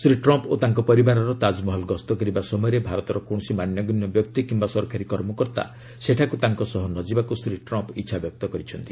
Shri Trump ଓ ତାଙ୍କ ପରିବାର ତାକ୍ମହଲ ଗସ୍ତ କରିବା ସମୟରେ ଭାରତର କୌଣସି ମାନ୍ୟଗଣ୍ୟ ବ୍ୟକ୍ତି କିୟା ସରକାରୀ କର୍ମକର୍ତ୍ତା ସେଠାକୁ ତାଙ୍କ ସହ ନ ଯିବାକୁ ଶ୍ରୀ ଟ୍ରମ୍ ଇଚ୍ଛା ବ୍ୟକ୍ତ କରିଛନ୍ତି